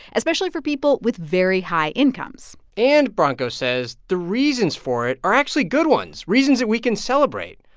especially for people with very high incomes and, branko says, the reasons for it are actually good ones reasons that we can celebrate,